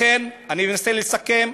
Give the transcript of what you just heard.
לכן, אני אנסה לסכם,